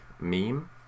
meme